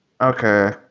Okay